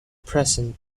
present